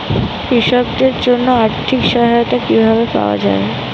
কৃষকদের জন্য আর্থিক সহায়তা কিভাবে পাওয়া য়ায়?